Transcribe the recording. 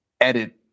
edit